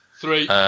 three